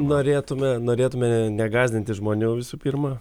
norėtume norėtume negąsdinti žmonių visų pirma